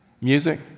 music